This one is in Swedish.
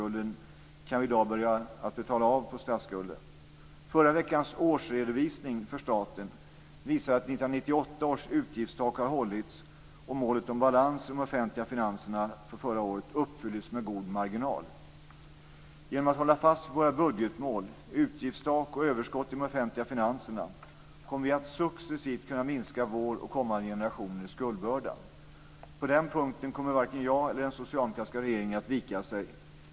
I dag kan vi börja betala av på statsskulden. Förra veckans årsredovisning för staten visar att 1998 års utgiftstak har hållits, och målet om balans i de offentliga finanserna för förra året uppfylldes med god marginal. Genom att hålla fast våra budgetmål, utgiftstak och överskott i de offentliga finanserna kommer vi att successivt kunna minska vår och kommande generationers skuldbörda. På den punkten kommer varken jag eller den socialdemokratiska regeringen att vika sig.